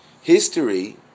History